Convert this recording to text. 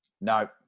No